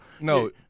No